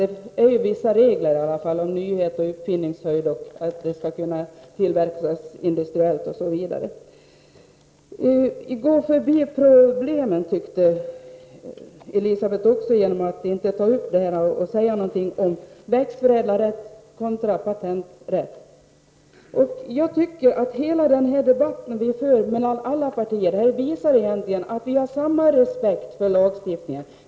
Det finns i alla fall vissa regler om nyhet, uppfinningshöjd och om att produkten skall kunna tillverkas industriellt osv. Elisabeth Persson ansåg att vi går förbi problemen genom att inte säga någonting om växtförädlarrätt kontra patenträtt. Jag tycker att den här debatten egentligen visar att alla partier hyser stor respekt för lagstiftningen.